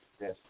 Yes